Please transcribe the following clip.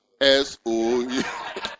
S-O-U